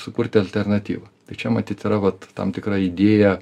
sukurti alternatyvą tai čia matyt yra vat tam tikra idėja